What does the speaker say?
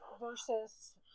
versus